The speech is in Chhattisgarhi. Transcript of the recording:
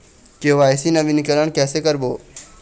के.वाई.सी नवीनीकरण कैसे करबो?